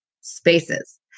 spaces